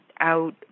out